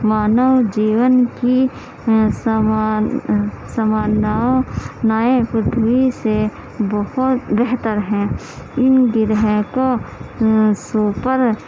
مانو جیون کی سمان سماناؤں نائیں پرتھوی سے بہت بہتر ہیں ان گَرہ کا سوپر